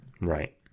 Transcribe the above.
Right